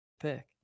pick